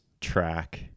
track